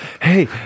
hey